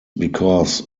because